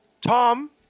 Tom